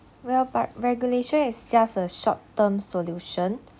well but regulation is just a short term solution